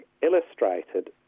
illustrated